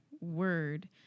word